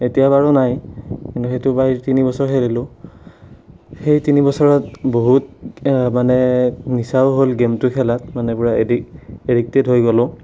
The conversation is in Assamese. এতিয়া বাৰু নাই কিন্তু সেইটো প্ৰায় তিনিবছৰ খেলিলোঁ সেই তিনিবছৰত বহুত মানে নিচাও হ'ল গেমটো খেলাত মানে পুৰা এডিক এডিক্টেড হৈ গ'লোঁ